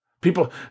People